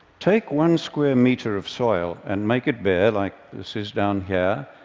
take one square meter of soil and make it bare like this is down here,